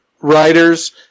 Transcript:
writers